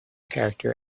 character